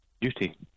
duty